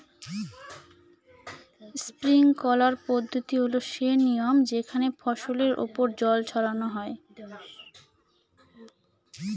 sprinkler পদ্ধতি হল সে নিয়ম যেখানে ফসলের ওপর জল ছড়ানো হয়